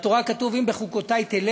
בתורה כתוב: "אם בחקתי תלכו,